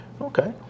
okay